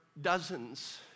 dozens